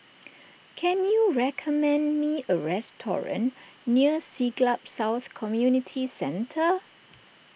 can you recommend me a restaurant near Siglap South Community Centre